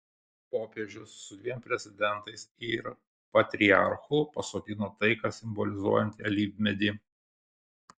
popiežius su dviem prezidentais ir patriarchu pasodino taiką simbolizuojantį alyvmedį